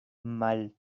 mal